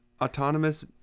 Autonomous